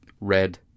red